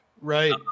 Right